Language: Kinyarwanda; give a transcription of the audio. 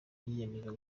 yiyemeza